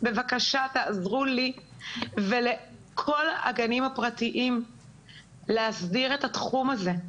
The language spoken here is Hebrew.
בבקשה תעזרו לי ולכל הגנים הפרטיים להסדיר את התחום הזה.